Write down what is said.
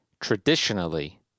traditionally